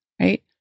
Right